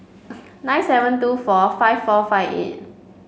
nine seven two four five four five eight